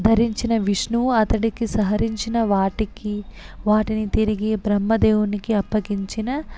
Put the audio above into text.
ధరించిన విష్ణువు అతడికి సహరించిన వాటికి వాటిని తిరిగి బ్రహ్మదేవునికి అప్పగించిన